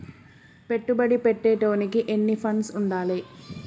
పెట్టుబడి పెట్టేటోనికి ఎన్ని ఫండ్స్ ఉండాలే?